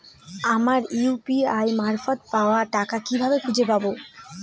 আমার ইউ.পি.আই মারফত পাওয়া টাকা কিভাবে খুঁজে পাব?